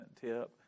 tip